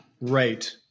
Right